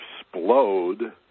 explode